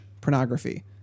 pornography